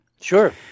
Sure